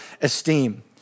esteem